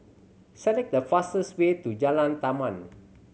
select the fastest way to Jalan Taman